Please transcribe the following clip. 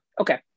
Okay